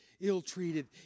ill-treated